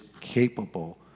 capable